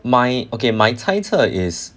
my okay my 猜测 is